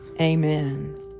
Amen